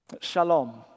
Shalom